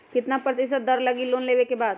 कितना प्रतिशत दर लगी लोन लेबे के बाद?